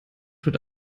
heute